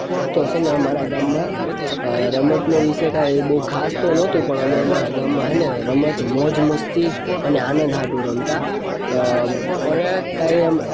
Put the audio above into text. આતો છેને અમારા ગામમાં રમતનો વિષય કાંય બઉ ખાસ તો નોતું પણ અમે અમારા ગામમાં છેને રમત મોજ મસ્તી અને આનદ સાટુ રમતા અરે કાયમ